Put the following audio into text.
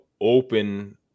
open